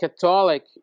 Catholic